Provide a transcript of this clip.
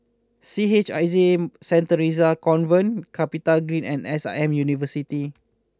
C H I J Saint Theresa's Convent CapitaGreen and S I M University